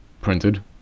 printed